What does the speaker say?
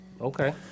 Okay